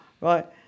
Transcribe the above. right